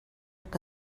que